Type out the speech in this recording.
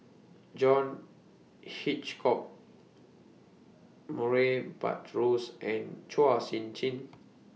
John Hitchcock Murray Buttrose and Chua Sian Chin